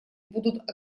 будут